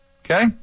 Okay